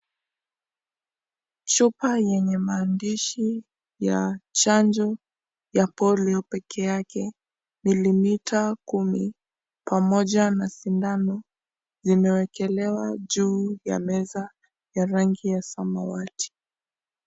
Chupa yenye maandishi ya chanjo ya polio peke yake milimita kumi pamoja na sindano zimewekelewa juu ya meza ya rangi ya samawati.